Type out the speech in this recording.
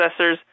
processors